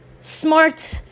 Smart